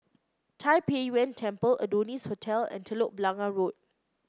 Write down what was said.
Tai Pei Yuen Temple Adonis Hotel and Telok Blangah Road